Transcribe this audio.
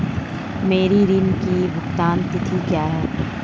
मेरे ऋण की भुगतान तिथि क्या है?